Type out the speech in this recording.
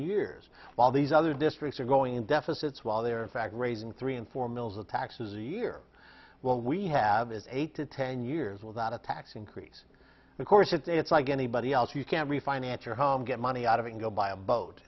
years while these other districts are going in deficits while they are in fact raising three and four mils of taxes a year when we have is eight to ten years without a tax increase of course it's a it's like anybody else you can refinance your home get money out of it go buy a boat